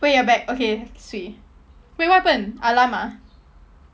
oh you're back okay sweet wait what happened alarm ah